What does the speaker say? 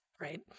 right